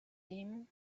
him